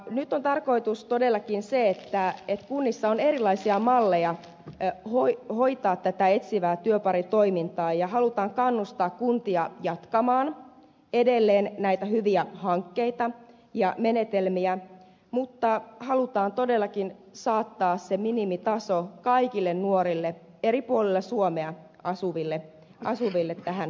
nyt on tarkoitus todellakin se että kunnissa on erilaisia malleja hoitaa tätä etsivää työparitoimintaa ja halutaan kannustaa kuntia jatkamaan edelleen näitä hyviä hankkeita ja menetelmiä mutta halutaan todellakin saattaa se minimitaso kaikille eri puolilla suomea asuville nuorille tähän palveluun